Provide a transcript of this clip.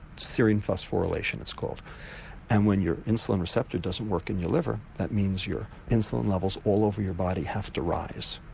serum phosphorylation it's called and when your insulin receptor doesn't work in your liver that means your insulin levels all over your body have to rise.